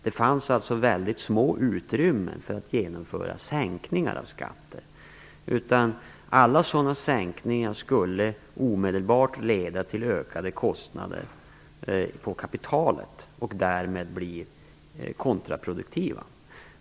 Det fanns alltså små utrymmen för att genomföra sänkningar av skatten. Alla sådana sänkningar skulle omedelbart leda till ökade kostnader på kapitalsidan och därmed bli kontraproduktiva.